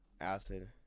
acid